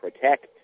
protect